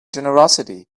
generosity